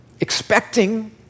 expecting